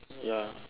ya